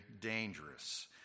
dangerous